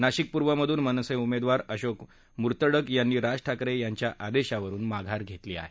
नाशिक पूर्वमधून मनसे उमेदवार अशोक मुर्तडक यांनी राज ठाकरे यांच्या आदेशावरुन माघार घेतली आहे